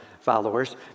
followers